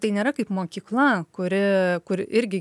tai nėra kaip mokykla kuri kur irgi